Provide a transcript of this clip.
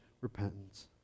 repentance